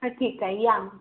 हां ठीक आहे या